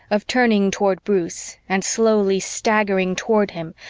of turning toward bruce and slowly staggering toward him,